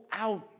out